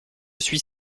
suis